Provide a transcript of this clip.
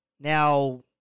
Now